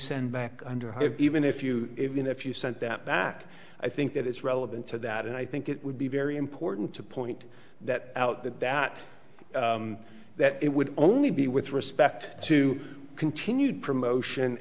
send back under him even if you even if you sent that back i think that it's relevant to that and i think it would be very important to point that out that that that it would only be with respect to continued promotion